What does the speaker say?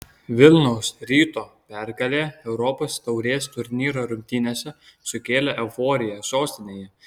vilniaus ryto pergalė europos taurės turnyro rungtynėse sukėlė euforiją sostinėje